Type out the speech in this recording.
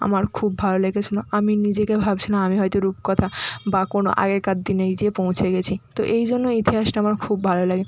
আমার খুব ভালো লেগেছিল আমি নিজেকে ভাবছিলাম আমি হয়তো রূপকথা বা কোনো আগেকার দিনেই যেয়ে পৌঁছে গেছি তো এই জন্য ইতিহাসটা আমার খুব ভালো লাগে